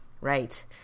Right